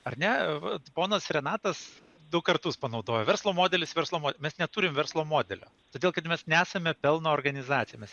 ar ne vat ponas renatas du kartus panaudojo verslo modelis verslo mo nes neturim verslo modelio todėl kad mes nesame pelno organizacija mes